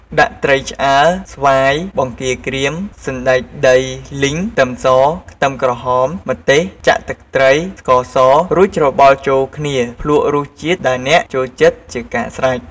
ដាក់ត្រីឆ្អើរ ស្វាយ បង្គាក្រៀម សណ្តែកដីលីង ខ្ទឹមស ខ្ទឹមក្រហម ម្ទេស ចាក់ទឹកត្រី ស្ករស រួចច្របល់ចូលគ្នាភ្លក់រសជាតិដែលអ្នកចូលចិត្តជាការស្រេច។